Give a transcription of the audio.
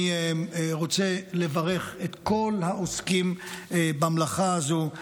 אני רוצה לברך את כל העוסקים במלאכה הזו.